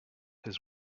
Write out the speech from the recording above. his